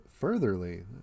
furtherly